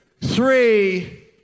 three